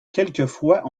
quelquefois